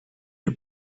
you